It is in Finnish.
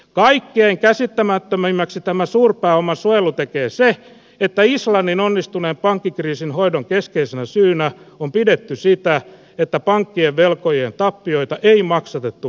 kaikkein käsittämättömimmäksi tämän suurpääoman suojelun tekee se että islannin onnistuneen pankkikriisin hoidon keskeisenä syynä on pidetty sitä että pankkien velkojien tappioita ei maksatettu veronmaksajilla